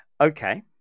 Okay